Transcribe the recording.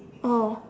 oh